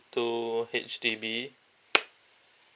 two H_D_B